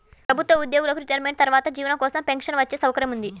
ప్రభుత్వ ఉద్యోగులకు రిటైర్మెంట్ తర్వాత జీవనం కోసం పెన్షన్ వచ్చే సౌకర్యం ఉంది